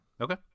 Okay